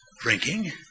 drinking